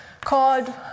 called